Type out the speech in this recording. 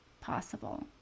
possible